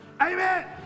amen